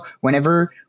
whenever